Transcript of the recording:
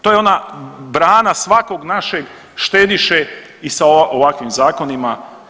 To je ona brana svakog našeg štediše i sa ovakvim zakonima.